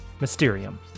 Mysterium